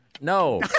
No